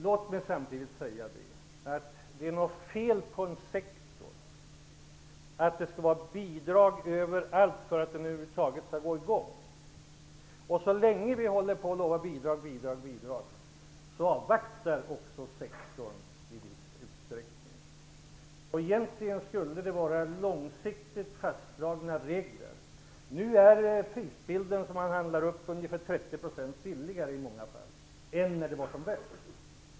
Låt mig samtidigt säga att det är något fel på en sektor om det krävs bidrag överallt för att den över huvud taget skall komma i gång. Så länge vi håller på att utlova bidrag avvaktar sektorn i viss utsträckning. Egentligen skulle det finnas långsiktigt fastslagna regler. Nu är prisbilden sådan att man i många fall kan handla upp ungefär 30 % billigare än när det var som värst.